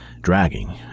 dragging